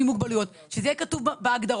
מוגבלויות; שזה יהיה כתוב בהגדרות,